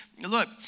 Look